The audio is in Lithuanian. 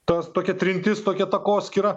tas tokia trintis tokia takoskyra